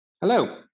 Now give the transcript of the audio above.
Hello